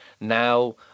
now